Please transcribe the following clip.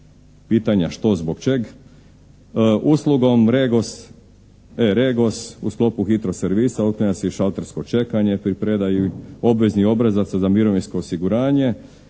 pitanja što zbog čeg. Uslugom E-regos u sklopu HITRO servisa uklanja se i šaltersko čekanje pri predaji obveznih obrazaca za mirovinsko osiguranje.